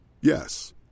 Yes